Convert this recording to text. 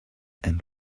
and